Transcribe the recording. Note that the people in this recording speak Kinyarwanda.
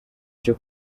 cyo